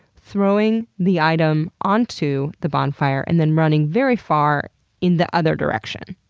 throwing the item onto the bonfire, and then running very far in the other direction.